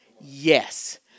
Yes